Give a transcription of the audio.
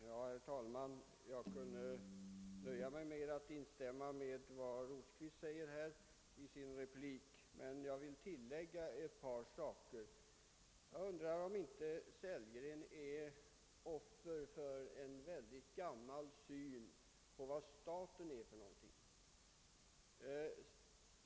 Herr talman! Jag skulle kunna nöja mig med att instämma i vad herr Rosqvist sade i sin replik. Jag vill emellertid tillägga ett par saker. Jag undrar om inte herr Sellgren är offer för en mycket gammal syn på staten.